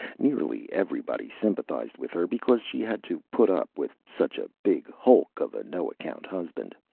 nearly everybody sympathized with her, because she had to put up with such a big hulk of a no-account husband.